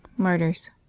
Martyrs